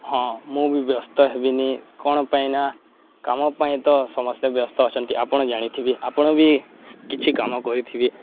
ହଁ ମୁଁ ବି ବ୍ୟସ୍ତ ହେବିନି କ'ଣ ପାଇଁ ନା କାମ ପାଇଁ ତ ସମସ୍ତେ ବ୍ୟସ୍ତ ଅଛନ୍ତି ଆପଣ ଜାଣିଥିବେ ଆପଣ ବି କିଛି କାମ କରିଥିବେ